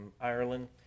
Ireland